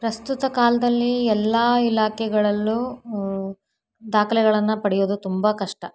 ಪ್ರಸ್ತುತ ಕಾಲದಲ್ಲಿ ಎಲ್ಲ ಇಲಾಖೆಗಳಲ್ಲೂ ದಾಖಲೆಗಳನ್ನ ಪಡೆಯೋದು ತುಂಬ ಕಷ್ಟ